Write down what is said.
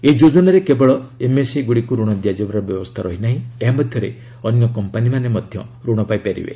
ଏହି ଯୋଜନାରେ କେବଳ ଏମ୍ଏସ୍ଏମ୍ଇ ଗୁଡ଼ିକୁ ରଣ ଦିଆଯିବାର ବ୍ୟବସ୍ଥା ରହିନାହିଁ ଏହାମଧ୍ୟରେ ଅନ୍ୟ କମ୍ପାନୀମାନେ ମଧ୍ୟ ଋଣ ପାଇପାରିବେ